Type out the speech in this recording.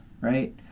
right